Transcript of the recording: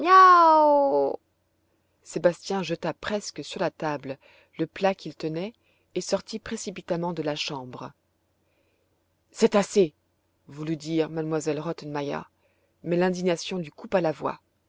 sébastien jeta presque sur la table le plat qu'il tenait et sortit précipitamment de la chambre c'est assez voulut dire m elle rottenmeier mais l'indignation lui coupa la voix